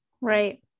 Right